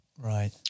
Right